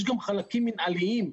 יש גם חלקים מינהליים,